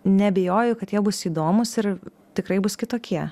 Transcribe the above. neabejoju kad jie bus įdomūs ir tikrai bus kitokie